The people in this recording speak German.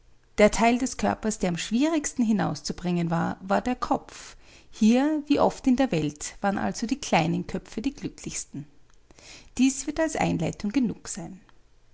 der teil des körpers der am schwierigsten hinauszubringen war war der kopf hier wie oft in der welt waren also die kleinen köpfe die glücklichsten dieses wird als einleitung genug sein